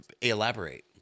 elaborate